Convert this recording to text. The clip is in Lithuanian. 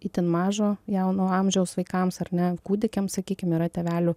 itin mažo jauno amžiaus vaikams ar ne kūdikiams sakykim yra tėvelių